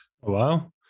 Wow